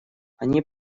они